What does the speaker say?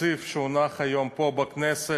התקציב שהונח היום פה בכנסת